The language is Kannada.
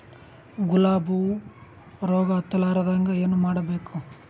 ಗುಲಾಬ್ ಹೂವು ರೋಗ ಹತ್ತಲಾರದಂಗ ಏನು ಮಾಡಬೇಕು?